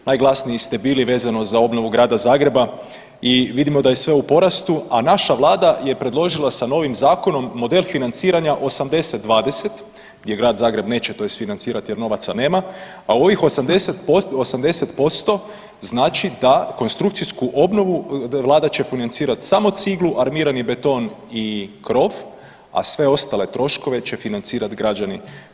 Najglasniji ste bili vezano za obnovu grada Zagreba i vidimo da je sve u porastu, a naša Vlada je predložila sa novim zakonom model financiranja 80-20 jer Grad Zagreb neće to isfinancirati jer novaca nema, a u ovih 80% znači da konstrukcijsku obnovu Vlada će financirati samo ciglu, armirani beton i krov, a sve ostale troškove će financirati građani.